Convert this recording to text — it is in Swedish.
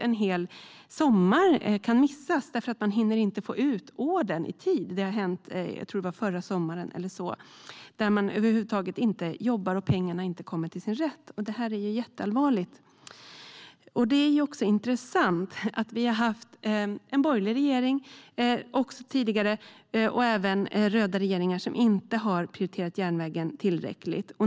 En hel sommar kan missas därför att man inte hinner få ut ordern i tid. Jag tror att det hände förra sommaren. Man jobbar över huvud taget inte, och pengar kommer inte till sin rätt. Det är jätteallvarligt. Det är intressant att vi har haft en borgerlig regering tidigare och även röda regeringar som inte har prioriterat järnvägen tillräckligt.